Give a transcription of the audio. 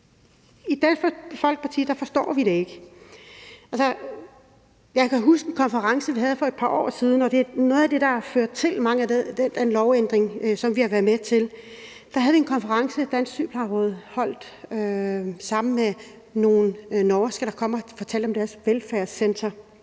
i Dansk Folkeparti forstår vi det ikke. Jeg kan huske en konference, vi havde for et par år siden, og som er noget af det, der har ført til den lovændring, som vi har været med til. Der havde vi en konference, som Dansk Sygeplejeråd holdt sammen med nogle nordmænd, der kom og fortalte om deres velfærdscenter,